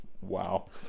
wow